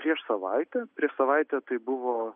prieš savaitę prieš savaitę tai buvo